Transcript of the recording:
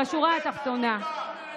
בשורה התחתונה,